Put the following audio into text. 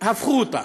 הפכו אותה.